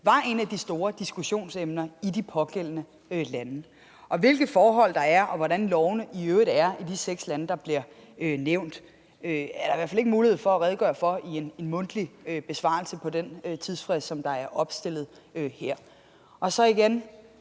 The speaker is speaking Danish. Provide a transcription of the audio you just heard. var et af de store diskussionsemner i de pågældende lande. Og hvilke forhold der er, og hvordan lovene i øvrigt er i de seks lande, der bliver nævnt, har jeg i hvert fald ikke mulighed for at redegøre for under en mundtlig besvarelse inden for den tidsfrist, der er opstillet her. Det er